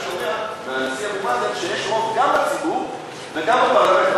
היית שומע מהנשיא אבו מאזן שיש רוב גם בציבור וגם בפרלמנט.